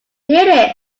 did